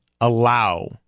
allow